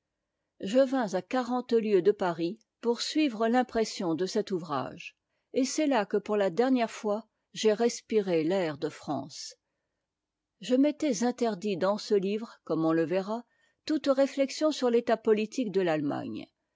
je vins à quarante tieues de paris pour suivre l'impression de cet ouvrage et c'est là que pour la dernière fois j'ai respiré l'air de france je m'étais interdit dans ce livre comme on le verra toute réflexion sur t'état politique de l'allemagne